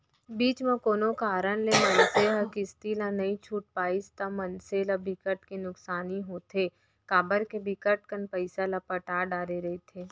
बीच म कोनो कारन ले मनसे ह किस्ती ला नइ छूट पाइस ता मनसे ल बिकट के नुकसानी होथे काबर के बिकट कन पइसा ल पटा डरे रहिथे